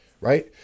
right